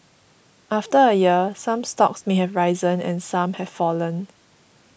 after a year some stocks may have risen and some have fallen